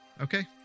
Okay